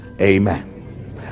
Amen